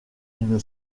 une